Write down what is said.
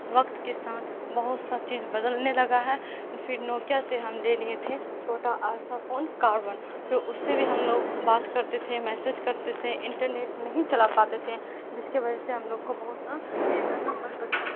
وقت کے ساتھ بہت سا چیز بدلنے لگا ہے پھر نوکیا سے ہم لے لیے تھے چھوٹا آسا فون کار ون تو اس سے بھی ہم لوگ بات کرتے تھے میسج کرتے تھے انٹرنیٹ نہیں چلا پاتے تھے جس کی وجہ سے ہم لوگ کو بہت سا یہ کرنا پڑتا تھا